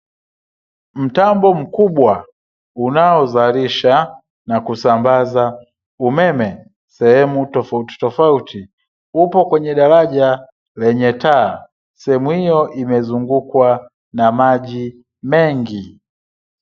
Mtambo mkubwa unaozalisha na kusambaza umeme sehemu tofautitofauti, upo kwenye daraja lenye taa. Sehemu hiyo imezungukwa na maji mengi.